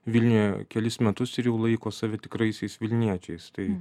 vilniuje kelis metus ir jau laiko save tikraisiais vilniečiais tai